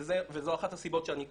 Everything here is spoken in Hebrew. וזו אחת הסיבות שאני כאן,